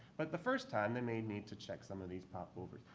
but the first time they may need to check some of these popovers.